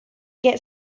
get